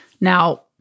Now